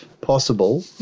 possible